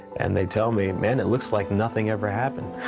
and they tell me, man, it looks like nothing ever happened.